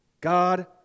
God